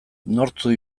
nortzuk